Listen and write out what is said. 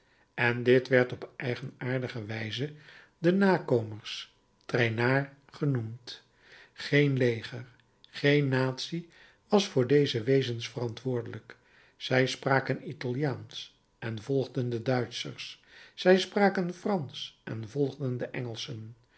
en dit werd op eigenaardige wijze de nakomers traînards genoemd geen leger geen natie was voor deze wezens verantwoordelijk zij spraken italiaansch en volgden de duitschers zij spraken fransch en volgden de engelschen